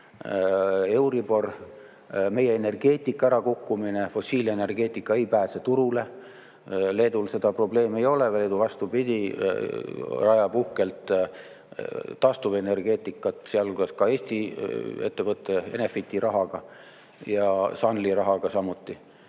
euribor ja meie energeetika ärakukkumine. Fossiilenergeetika ei pääse turule. Leedul seda probleemi ei ole. Leedu, vastupidi, rajab uhkelt taastuvenergeetikat, sealhulgas ka Eesti ettevõtte Enefiti rahaga ja Sunly rahaga samuti.